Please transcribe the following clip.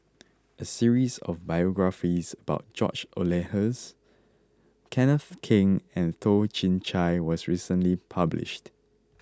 A series of biographies about George Oehlers Kenneth Keng and Toh Chin Chye was recently published